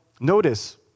notice